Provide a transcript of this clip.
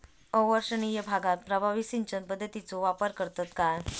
अवर्षणिय भागात प्रभावी सिंचन पद्धतीचो वापर करतत काय?